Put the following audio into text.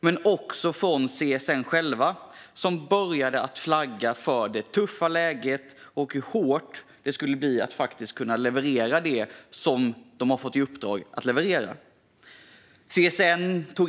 Men de kom också från CSN själva, som började flagga för det tuffa läget och hur svårt det skulle bli att kunna leverera det de fått i uppdrag att leverera.